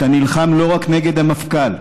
אתה נלחם לא רק נגד המפכ"ל,